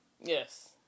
Yes